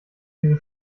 diese